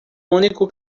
único